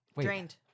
Drained